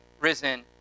risen